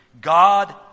God